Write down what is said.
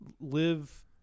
live